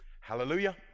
Hallelujah